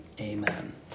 amen